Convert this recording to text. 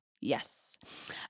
yes